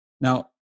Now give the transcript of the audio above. Now